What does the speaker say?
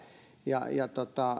ja ja